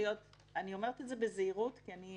אומר בזהירות כי אני